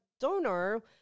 donor